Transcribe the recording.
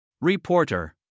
Reporter